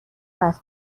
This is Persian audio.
رواز